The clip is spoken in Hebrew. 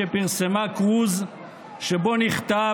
שפרסמה כרוז שבו נכתב,